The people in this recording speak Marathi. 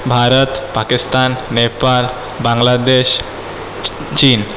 भारत पाकिस्तान नेपाळ बांगलादेश ची चीन